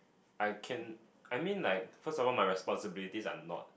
I can I mean like first of all my responsibilities are not